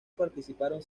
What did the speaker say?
participaron